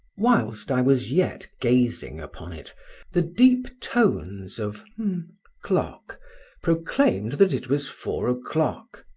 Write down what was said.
whilst i was yet gazing upon it the deep tones of clock proclaimed that it was four o'clock.